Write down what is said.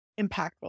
impactful